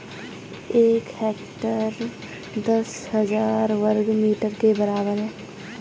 एक हेक्टेयर दस हजार वर्ग मीटर के बराबर है